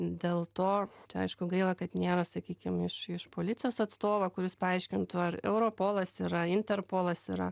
dėl to čia aišku gaila kad nėra sakykim iš iš policijos atstovą kuris paaiškintų ar europolas yra interpolas yra